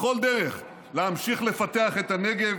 בכל דרך, להמשיך לפתח את הנגב.